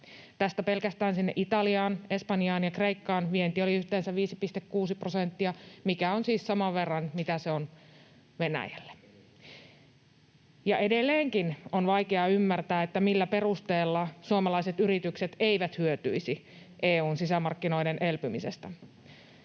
Tästä pelkästään sinne Italiaan, Espanjaan ja Kreikkaan vienti oli yhteensä 5,6 prosenttia, mikä on siis saman verran kuin on Venäjälle. Edelleenkin on vaikea ymmärtää, millä perusteella suomalaiset yritykset eivät hyötyisi EU:n sisämarkkinoiden elpymisestä.